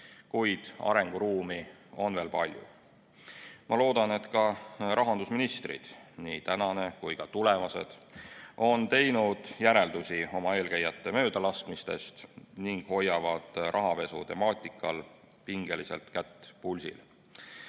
Kuid arenguruumi on veel palju. Ma loodan, et ka rahandusministrid – nii tänane kui ka tulevased – teevad järeldusi oma eelkäijate möödalaskmistest ning hoiavad rahapesu temaatikal pingeliselt kätt pulsil.